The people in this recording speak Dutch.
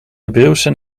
hebreeuwse